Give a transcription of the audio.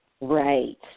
Right